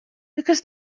because